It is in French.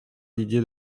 didier